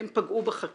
הם פגעו בחקלאים,